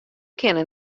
kinne